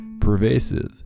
pervasive